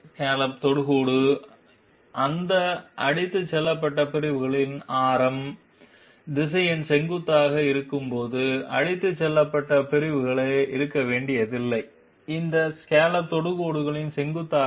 scallop தொடுகோடு அந்த அடித்துச் செல்லப்பட்ட பிரிவுகளின் ஆரம் திசையன்கள் செங்குத்தாக இருக்கும் போது அடித்துச் செல்லப்பட்ட பிரிவுகளே இருக்க வேண்டியதில்லை இந்த ஸ்காலப் தொடுகோடுக்கு செங்குத்தாக